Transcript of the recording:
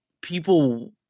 people